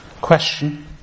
Question